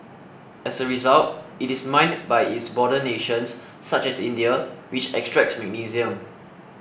as a result it is mined by its border nations such as India which extracts magnesium